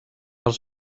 els